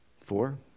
Four